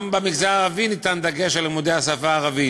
גם במגזר העברי ניתן דגש על לימודי השפה הערבית.